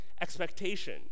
expectation